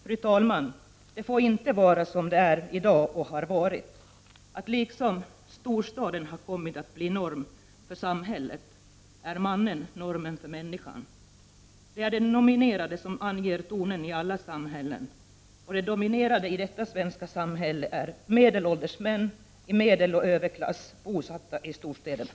Fru talman! Det får inte vara så, som det är och har varit, att liksom storstaden har kommit att bli norm för ”samhället”, är mannen normen för ”människan”. Det är de dominerande som anger tonen i alla samhällen. De! dominerande i det svenska samhället är medelålders män i medeloch överklass, bosatta i storstäderna.